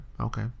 okay